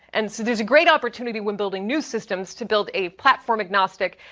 and so there's a great opportunity when building new systems to build a platform agnostic,